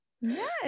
Yes